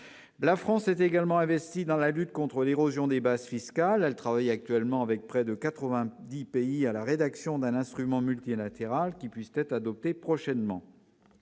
La France s'est également investie dans la lutte contre l'érosion des bases fiscales. Elle travaille actuellement, avec près de quatre-vingt-dix autres pays, à la rédaction d'un instrument multilatéral qui puisse être adopté prochainement.